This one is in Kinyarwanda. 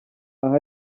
aha